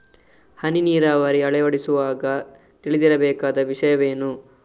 ಹನಿ ನೀರಾವರಿ ಅಳವಡಿಸುವಾಗ ತಿಳಿದಿರಬೇಕಾದ ವಿಷಯವೇನು?